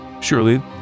Surely